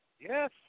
Yes